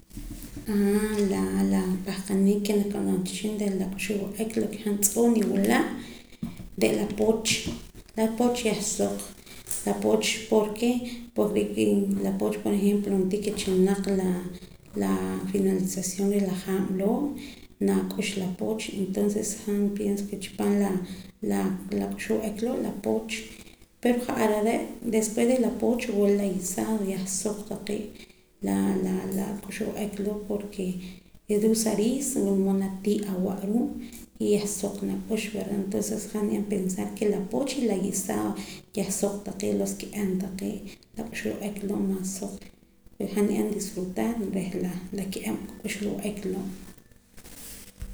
La pahqanik ke nab'anam cha wehchin reh la k'uxb'al wa'ak la ke han tz'oo' niwula' re' la pooch la pooch yah suq la pooch ¿por qué? Porke la pooch por ejemplo ro'na tii ke chalanaq la la sinalizacion reh la haab' loo' nak'ux la pooch entonces han pienso chi paam la k'uxb'al wa'ak loo' la pooch pero ja'ar are' despues reh la poch wila la guisado yah suq taqee' la la k'uxb'al wa'ek loo' porke reh ruu' sa riis wula mood na ti' awaa' ruu' y yah suq nak'ux verda entonces ke han ni'an pensar ke la pooch y la guisado yah suq taqee' los kiab' taqee' lak 'uxb'al wa'ek loo' maas suq pero han ni'an disfrutar la ki'ab' k'uxb'al wa'ek loo'